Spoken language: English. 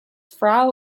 frau